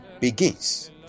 begins